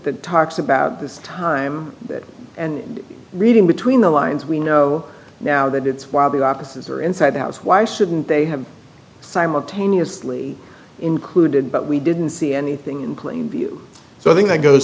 that talks about this time and reading between the lines we know now that it's while the offices are inside the house why shouldn't they have simultaneously included but we didn't see anything in plain view so i think that goes